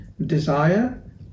Desire